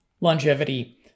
longevity